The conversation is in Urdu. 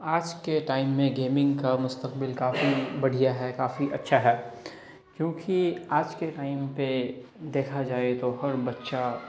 آج کے ٹائم میں گیمنگ کا مستقبل کافی بڑھیا ہے کافی اچھا ہے کیونکہ آج کے ٹائم پہ دیکھا جائے تو ہر بچہ